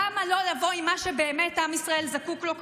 למה לא לבוא עם מה שבאמת עם ישראל זקוק לו כרגע?